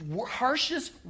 harshest